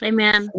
Amen